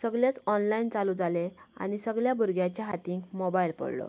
सगलेंच ओनलायन चालूं जाले आनी सगळ्या भुरग्यांच्या हातीन मोबायल पडलो